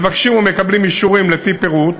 מבקשים ומקבלים אישורים לפי פירוט